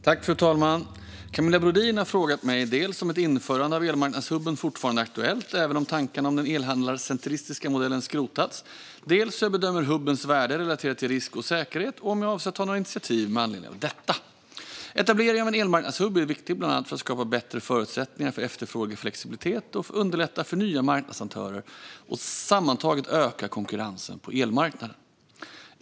Fru talman! Camilla Brodin har frågat mig dels om ett införande av elmarknadshubben fortfarande är aktuellt även om tankarna om den elhandlarcentriska modellen skrotats, dels hur jag bedömer hubbens värde relaterat till risk och säkerhet och dels om jag avser att ta några initiativ med anledning av detta. Etablering av en elmarknadshubb är viktigt bland annat för att skapa bättre förutsättningar för efterfrågeflexibilitet och underlätta för nya marknadsaktörer och sammantaget öka konkurrensen på elmarknaden.